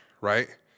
right